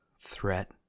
threat